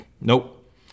Nope